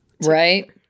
Right